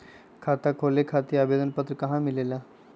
खाता खोले खातीर आवेदन पत्र कहा मिलेला?